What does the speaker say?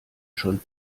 schon